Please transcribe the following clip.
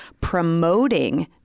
promoting